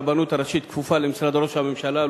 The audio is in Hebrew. הרבנות הראשית כפופה למשרד ראש הממשלה,